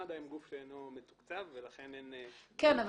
מד"א הם גוף שאינו מתוקצב ולכן אין --- כן,